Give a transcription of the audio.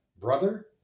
brother